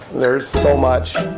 there's so much,